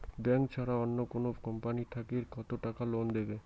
Bank ছাড়া অন্য কোনো কোম্পানি থাকি কত টাকা লোন দিবে?